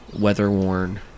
weather-worn